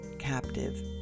captive